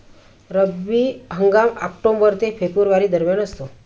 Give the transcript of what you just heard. रब्बी हंगाम ऑक्टोबर ते फेब्रुवारी दरम्यान असतो